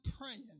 praying